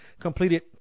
completed